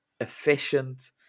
efficient